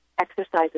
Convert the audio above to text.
exercises